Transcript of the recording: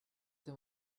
them